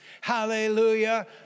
Hallelujah